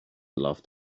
laughed